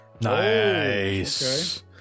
Nice